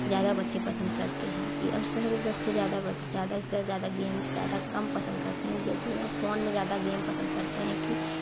ज़्यादा बच्चे पसंद करते हैं कि अब शहर के बच्चे ज़्यादा व ज़्यादा से ज़्यादा गेम ज़्यादा कम पसंद करते हैं फ़ोन में ज़्यादा गेम पसंद करते हैं कि